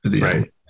Right